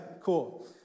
Cool